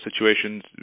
situations